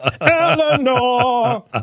Eleanor